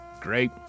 great